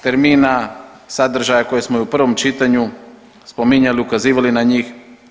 termina, sadržaja koje smo i u prvom čitanju spominjali, ukazivali na njih.